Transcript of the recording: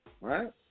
right